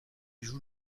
joue